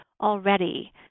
already